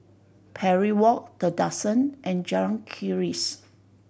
Parry Walk The Duxton and Jalan Keris